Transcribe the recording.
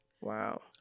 Wow